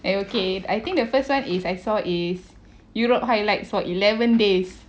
are you okay I think the first one is I saw is europe highlights for eleven days